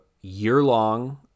year-long